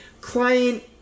client